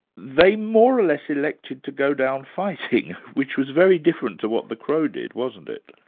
they more or less elected to go down fighting, which was very different to what the crow did, wasn't it?